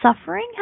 suffering